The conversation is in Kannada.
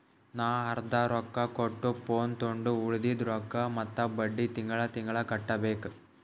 ನಾ ಅರ್ದಾ ರೊಕ್ಕಾ ಕೊಟ್ಟು ಫೋನ್ ತೊಂಡು ಉಳ್ದಿದ್ ರೊಕ್ಕಾ ಮತ್ತ ಬಡ್ಡಿ ತಿಂಗಳಾ ತಿಂಗಳಾ ಕಟ್ಟಬೇಕ್